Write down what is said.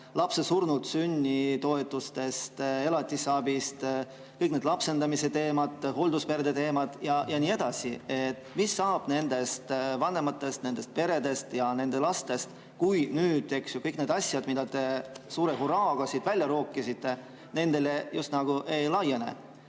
lapse surnult sündimise korral, elatisabist? Kõik need lapsendamise teemad, hooldusperede teemad jne. Mis saab nendest vanematest, nendest peredest ja nende lastest, kui nüüd kõik need asjad, mida te suure hurraaga siit välja rookisite, nendele just nagu ei laiene?